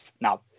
now